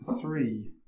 three